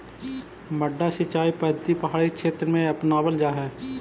मड्डा सिंचाई पद्धति पहाड़ी क्षेत्र में अपनावल जा हइ